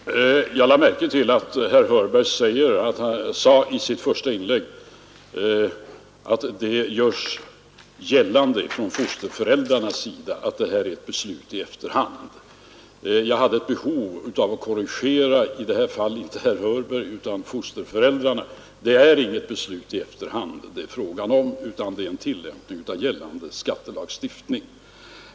Fru talman! Jag lade märke till att herr Hörberg sade i sitt första inlägg att det görs gällande från fosterföräldrarnas sida att det här är ett beslut i efterhand. Jag hade ett behov av att korrigera — i det här fallet inte herr Hörberg utan fosterföräldrarna. Det är inget beslut i efterhand som det är fråga om, utan det är en tillämpning av gällande skattelagstiftning.